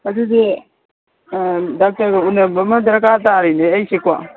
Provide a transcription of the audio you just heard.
ꯑꯗꯨꯗꯤ ꯗꯣꯛꯇꯔꯒ ꯎꯅꯕ ꯑꯃ ꯗꯔꯀꯥꯔ ꯇꯥꯔꯤꯅꯦ ꯑꯩꯁꯦꯀꯣ